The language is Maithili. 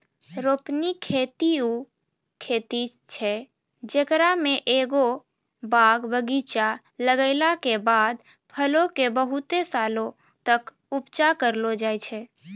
रोपनी खेती उ खेती छै जेकरा मे एगो बाग बगीचा लगैला के बाद फलो के बहुते सालो तक उपजा करलो जाय छै